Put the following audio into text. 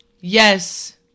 Yes